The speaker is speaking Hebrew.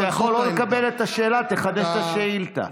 אתה יכול לא לקבל את השאלה, תחדש את השאילתה.